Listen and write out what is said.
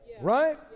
right